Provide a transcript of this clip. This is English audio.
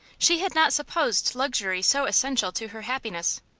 she had not supposed luxury so essential to her happiness.